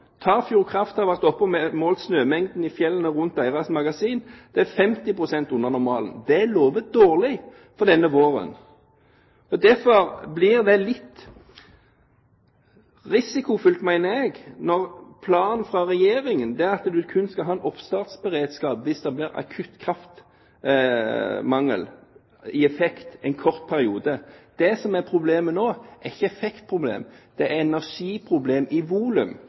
Tafjord Kraft har vært oppe og målt snømengden i fjellene rundt sitt magasin. Den er 50 pst. under normalen. Det lover dårlig for denne våren. Derfor blir det litt risikofylt, mener jeg, når planen fra Regjeringen er at man kun skal ha en oppstartsberedskap hvis det blir akutt kraftmangel i effekt en kort periode. Det som er problemet nå, er ikke et effektproblem, men et energiproblem i volum,